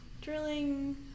drilling